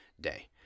Day